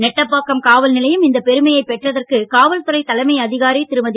நெட்டப்பாக்கம் காவல் நிலையம் இந்த பெருமையை பெற்றதற்கு காவல்துறை தலைமை அதிகாரி திருமதி